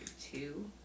two